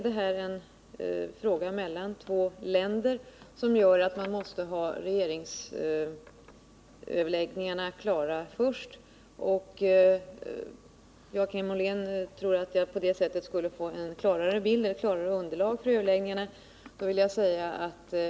Detta är en fråga mellan två länder, och regeringsöverläggningarna måste därför komma först. Joakim Ollén tror att jag genom sådana kontakter med intressenterna skulle få ett bredare underlag för överläggningarna.